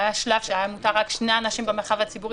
היה שלב שהיה מותר רק שני אנשים במרחב הציבורי,